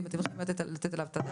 אתם חייבים לתת עליו את הדעת.